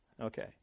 okay